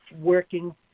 working